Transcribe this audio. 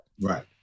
right